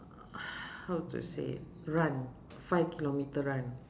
how to say run five kilometre run